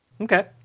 Okay